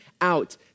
out